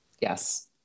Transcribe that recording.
Yes